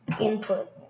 input